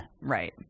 Right